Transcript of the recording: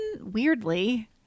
weirdly